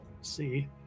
see